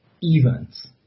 Events